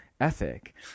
ethic